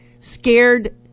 scared